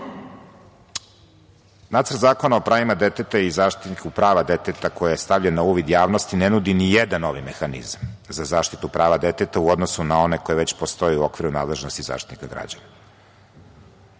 zakona o pravima deteta i Zaštitniku prava deteta koji je stavljen na uvid javnosti ne nudi ni jedan novi mehanizam za zaštitu prava deteta u odnosu na one koje već postoje u okviru nadležnosti Zaštitnika